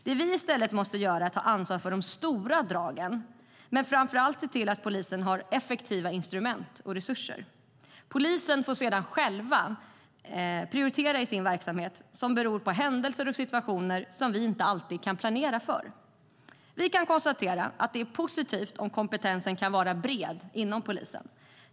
Det vi i stället måste göra är att ta ansvar för de stora dragen och framför allt se till att polisen har effektiva instrument och resurser. Polisen får sedan själv prioritera i sin verksamhet beroende på händelser och situationer som vi inte alltid kan planera för. Vi kan konstatera att det är positivt om kompetensen kan vara bred inom polisen.